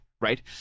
right